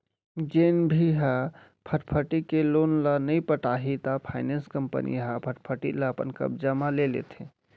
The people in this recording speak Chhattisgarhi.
जेन भी ह फटफटी के लोन ल नइ पटाही त फायनेंस कंपनी ह फटफटी ल अपन कब्जा म ले लेथे